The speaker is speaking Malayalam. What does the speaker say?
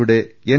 യുടെ എൻ